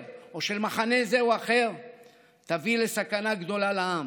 או של מחנה זה או אחר תביא לסכנה גדולה לעם,